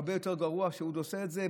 עוד הרבה יותר גרוע כשהוא עושה את זה,